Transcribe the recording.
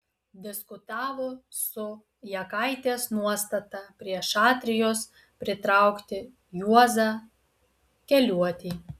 diskutavo su jakaitės nuostata prie šatrijos pritraukti juozą keliuotį